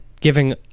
giving